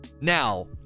now